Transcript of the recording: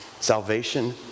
Salvation